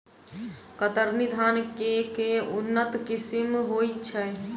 कतरनी धान केँ के उन्नत किसिम होइ छैय?